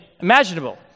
imaginable